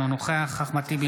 אינו נוכח אחמד טיבי,